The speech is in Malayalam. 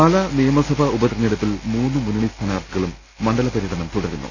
പാലാ നിയമസഭാ ഉപതിരഞ്ഞെടുപ്പിൽ മൂന്നു മുന്നണി സ്ഥാനാർത്ഥികളും മണ്ഡലപര്യടനും തുടരുന്നു